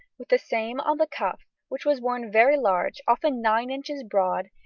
with the same on the cuff, which was worn very large, often nine inches broad,